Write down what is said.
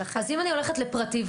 אם אני הולכת לפרטי,